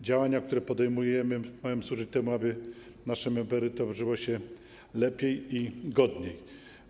Działania, które podejmujemy, mają służyć temu, aby naszym emerytom żyło się lepiej i godniej.